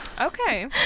okay